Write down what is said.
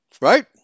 right